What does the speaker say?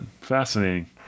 Fascinating